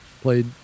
Played